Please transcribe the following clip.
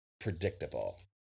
predictable